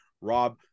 Rob